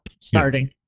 starting